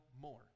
more